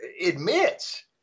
admits